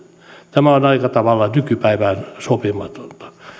tämä on aika tavalla nykypäivään sopimatonta